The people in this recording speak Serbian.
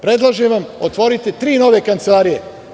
Predlažem vam, otvorite tri nove kancelarije.